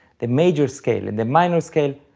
the major scale and minor scale,